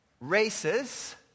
Races